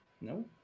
no